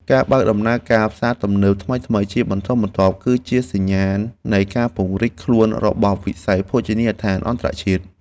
ការបើកដំណើរការផ្សារទំនើបថ្មីៗជាបន្តបន្ទាប់ គឺជាសញ្ញាណនៃការពង្រីកខ្លួនរបស់វិស័យភោជនីយដ្ឋានអន្តរជាតិ។